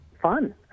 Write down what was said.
fun